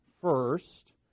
first